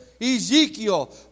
Ezekiel